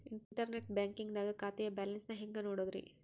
Internet banking ದಾಗ ಖಾತೆಯ balance ನ ಹೆಂಗ್ ನೋಡುದ್ರಿ?